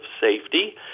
safety